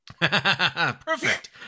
Perfect